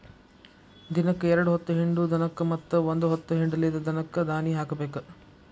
ದಿನಕ್ಕ ಎರ್ಡ್ ಹೊತ್ತ ಹಿಂಡು ದನಕ್ಕ ಮತ್ತ ಒಂದ ಹೊತ್ತ ಹಿಂಡಲಿದ ದನಕ್ಕ ದಾನಿ ಹಾಕಬೇಕ